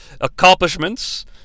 accomplishments